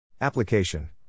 Application